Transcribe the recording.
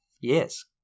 Yes